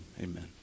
amen